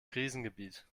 krisengebiet